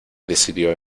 decidió